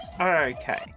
Okay